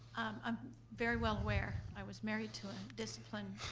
i'm very well aware. i was married to a discipline,